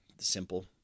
simple